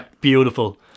beautiful